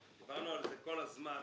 דיברנו על זה כל הזמן.